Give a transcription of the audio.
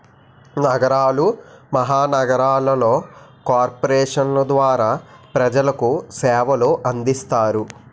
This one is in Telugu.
నగరాలు మహానగరాలలో కార్పొరేషన్ల ద్వారా ప్రజలకు సేవలు అందిస్తారు